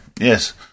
Yes